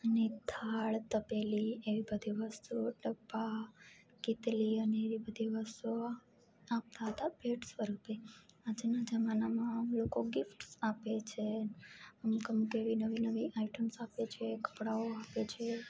અને થાળ તપેલી એવી બધી વસ્તુઓ ડબા કિટલી અને એવી બધી વસ્તુઓ આપતા હતા ભેટ સ્વરૂપે આજના જમાનામાં આમ લોકો ગિફ્ટસ આપે છે અમુક અમુક એવી નવી નવી આઇટમ્સ આપે છે કપડાઓ આપે છે